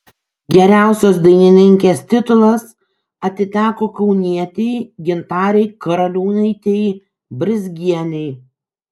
geriausios dainininkės titulas atiteko kaunietei gintarei karaliūnaitei brizgienei